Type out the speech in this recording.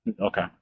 Okay